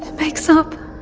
and makes up